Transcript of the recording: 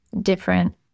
different